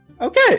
Okay